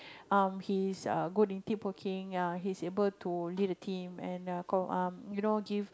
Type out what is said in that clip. (um)he's err good in team working ya he's able to lead a team and uh um you know give